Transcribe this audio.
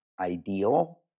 ideal